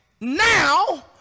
now